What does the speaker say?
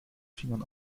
fingern